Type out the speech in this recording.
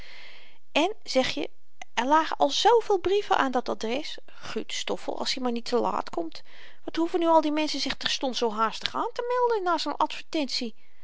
en zeg je er lagen al zoo véél brieven aan dat adres gut stoffel als i maar niet te laat komt wat hoeven nu al die menschen zich terstond zoo haastig aantemelden na zoo'n